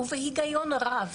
ובהיגיון רב.